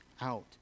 out